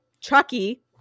Chucky